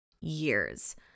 years